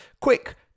quick